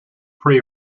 pre